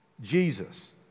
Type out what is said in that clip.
Jesus